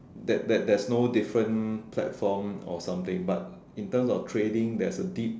there there there's no different platform or something but but in terms of trading there's a deep